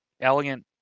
elegant